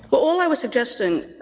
but all i was suggesting,